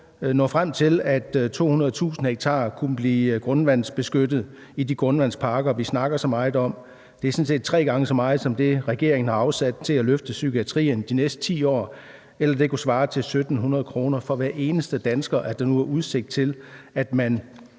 nå frem til, at 200.000 hektarer kunne blive grundvandsbeskyttet i forbindelse med de grundvandspakker, vi snakker så meget om, og det er sådan set tre gange så meget som det, regeringen har afsat til at løfte psykiatrien med i de næste 10 år, eller det kunne svare til 1.700 kr. for hver eneste dansker, som der nu er udsigt til at man